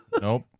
Nope